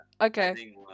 Okay